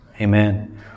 Amen